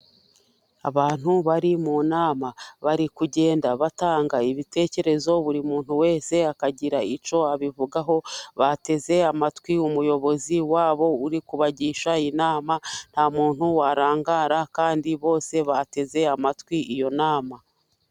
Abantu bari mu nama, bari kugenda batanga ibitekerezo, buri muntu wese akagira icyo abivugaho, bateze amatwi umuyobozi wabo uri kubagisha inama, nta muntu warangara, kandi bose bateze amatwi iyo nama.